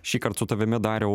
šįkart su tavimi dariau